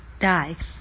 die